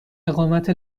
اقامت